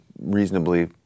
Reasonably